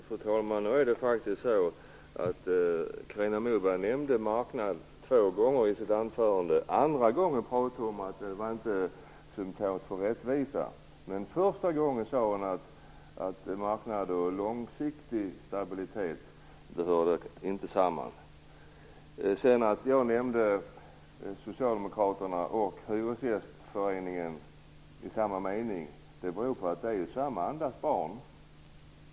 Fru talman! Carina Moberg nämnde marknaden två gånger i sitt anförande, andra gången sade hon att det inte var symtomatiskt för rättvisa. Första gången sade hon att marknaden och långsiktig stabilitet inte hör samman. Jag nämnde Socialdemokraterna och hyresgästföreningarna i samma mening därför att de är samma andas barn.